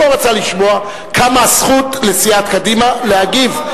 הוא לא רצה לשמוע, קמה הזכות לסיעת קדימה להגיב.